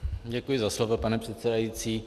Děkuji za slovo, pane předsedající.